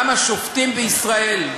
גם השופטים בישראל,